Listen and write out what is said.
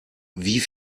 wie